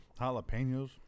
Jalapenos